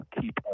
keep